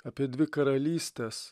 apie dvi karalystes